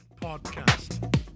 Podcast